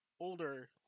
older